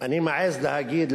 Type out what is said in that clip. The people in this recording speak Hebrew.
אני מעז להגיד,